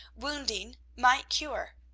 wounding, might cure.